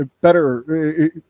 Better